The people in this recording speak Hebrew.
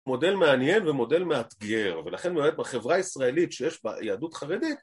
מודל מעניין ומודל מאתגר ולכן אני ... בחברה הישראלית שיש בה יהדות חרדית